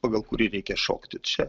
pagal kurį reikia šokti čia